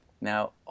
Now